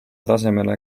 tasemele